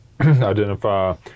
identify